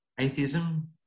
atheism